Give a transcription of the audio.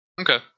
Okay